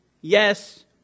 yes